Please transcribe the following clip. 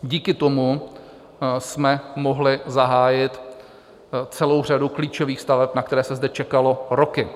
Díky tomu jsme mohli zahájit celou řadu klíčových staveb, na které se zde čekalo roky.